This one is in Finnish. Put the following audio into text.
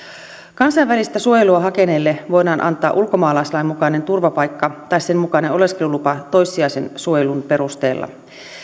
kansainvälistä suojelua hakeneille voidaan antaa ulkomaalaislain mukainen turvapaikka tai sen mukainen oleskelulupa toissijaisen suojelun perusteella